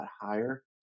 higher